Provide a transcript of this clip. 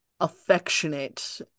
affectionate